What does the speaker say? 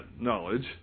knowledge